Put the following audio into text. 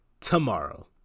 tomorrow